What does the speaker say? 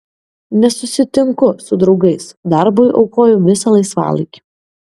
nesusitinku su draugais darbui aukoju visą laisvalaikį